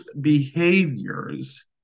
behaviors